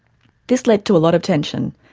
this led to a lot of tension,